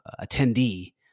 attendee